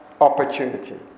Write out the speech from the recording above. opportunity